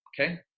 okay